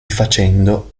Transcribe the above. facendo